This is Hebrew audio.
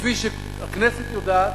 וכפי שהכנסת יודעת,